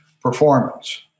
performance